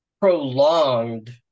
prolonged